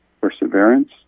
perseverance